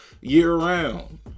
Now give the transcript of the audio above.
year-round